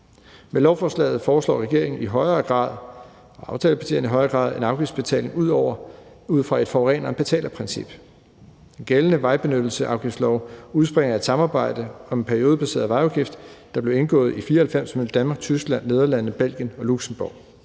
Med lovforslaget foreslår regeringen og aftalepartierne i højere grad en afgiftsbetaling ud fra et forureneren betaler-princip. Den gældende vejbenyttelsesafgiftslov udspringer af et samarbejde om en periodebaseret vejafgift, der blev indgået i 1994 mellem Danmark, Tyskland, Nederlandene, Belgien og Luxembourg.